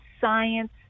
science